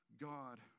God